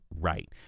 right